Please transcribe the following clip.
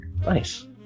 Nice